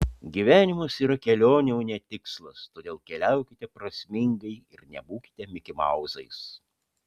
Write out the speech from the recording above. gyvenimas yra kelionė o ne tikslas todėl keliaukite prasmingai ir nebūkite mikimauzais